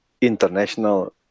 international